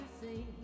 see